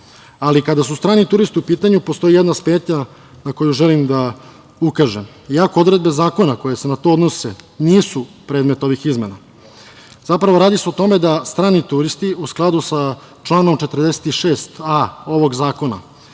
kada su strani turisti u pitanju postoji jedna smetnja na koju želim da ukažem. I ako odredbe zakona koje se na to odnose nisu predmet ovih izmena, zapravo radi se o tome da strani turisti u skladu sa članom 46a ovog Zakona